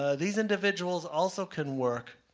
ah these individuals also can work,